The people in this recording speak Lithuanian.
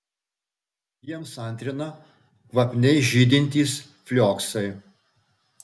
jiems antrina kvapniai žydintys flioksai